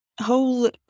whole